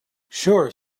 sure